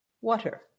water